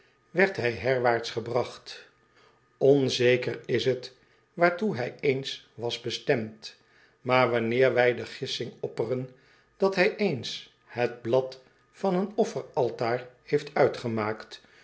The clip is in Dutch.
werd hij herwaarts gebragt nzeker is het waartoe hij eens was bestemd maar wanneer wij de gissing opperen dat hij eens het blad van een offeraltaar heeft uitgemaakt